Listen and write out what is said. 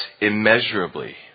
immeasurably